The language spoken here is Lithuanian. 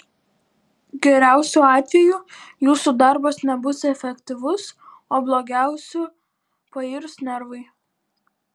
geriausiu atveju jūsų darbas nebus efektyvus o blogiausiu pairs nervai